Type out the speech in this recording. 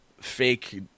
fake